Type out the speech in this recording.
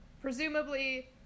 Presumably